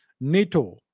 NATO